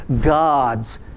God's